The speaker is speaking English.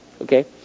Okay